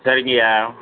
சரிங்கய்யா